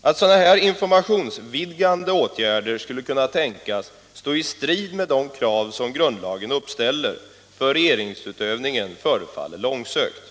Att dylika informationsvidgande åtgärder skulle kunna tänkas stå i strid med de krav grundlagarna uppställer för regeringsutövningen förefaller långsökt.